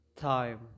time